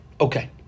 Okay